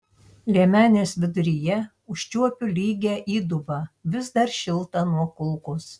liemenės viduryje užčiuopiu lygią įdubą vis dar šiltą nuo kulkos